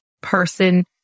person